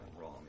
wrong